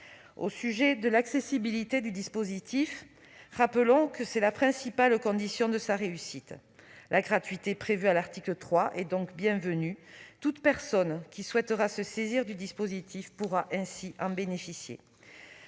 Au sujet de l'accessibilité du dispositif, rappelons que c'est la principale condition de sa réussite. La gratuité prévue à l'article 3 est donc bienvenue : toute personne qui souhaitera se saisir du dispositif pourra ainsi en bénéficier.